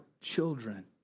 children